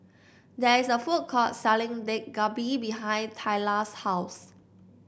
there is a food court selling Dak Galbi behind Thalia's house